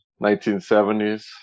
1970s